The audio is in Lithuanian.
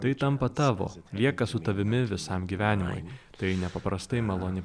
tai tampa tavo lieka su tavimi visam gyvenimui tai nepaprastai maloni